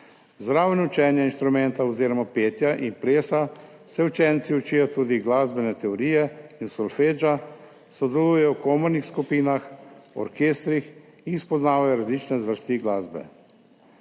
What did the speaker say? Poleg učenja inštrumenta oziroma petja in plesa se učenci učijo tudi glasbene teorije in solfeggia, sodelujejo v komornih skupinah, orkestrih in spoznavajo različne zvrsti glasbe.